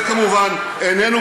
אתה לא רוצה תחרות.